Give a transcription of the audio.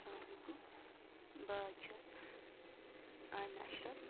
اسلامُ علیکُم بہٕ حظ چھَس آمِنا اشرف